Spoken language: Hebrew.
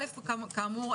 כאמור,